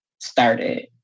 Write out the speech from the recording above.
started